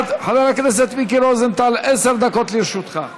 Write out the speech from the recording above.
חבר הכנסת מיקי רוזנטל, עשר דקות לרשותך.